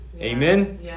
Amen